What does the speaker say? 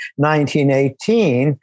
1918